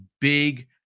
big